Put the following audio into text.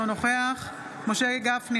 אינו נוכח משה גפני,